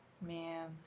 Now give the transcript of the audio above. Man